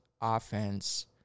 offense